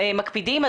מקפידים.